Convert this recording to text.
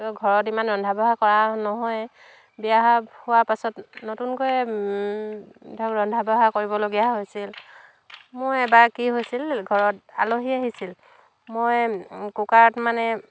ত' ঘৰত ইমান ৰন্ধা বঢ়া কৰা নহয় বিয়া হোৱাৰ পাছত নতুনকৈ ধৰক ৰন্ধা বঢ়া কৰিবলগীয়া হৈছিল মোৰ এবাৰ কি হৈছিল ঘৰত আলহী আহিছিল মই কুকাৰত মানে